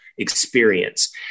Experience